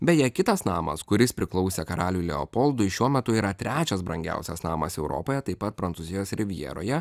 beje kitas namas kuris priklausė karaliui leopoldui šiuo metu yra trečias brangiausias namas europoje taip pat prancūzijos rivjeroje